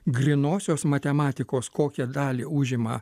grynosios matematikos kokią dalį užima